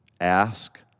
ask